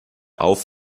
auf